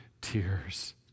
tears